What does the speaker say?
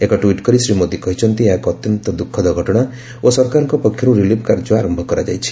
ଏକ ଟ୍ୱିଟ୍ କରି ଶ୍ରୀ ମୋଦି କହିଛନ୍ତି ଏହା ଏକ ଅତ୍ୟନ୍ତ ଦୁଃଖଦ ଘଟଣା ଓ ସରକାରଙ୍କ ପକ୍ଷରୁ ରିଲିଫ କାର୍ଯ୍ୟ ଆରମ୍ଭ କରାଯାଇଛି